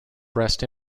breast